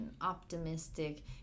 optimistic